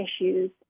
issues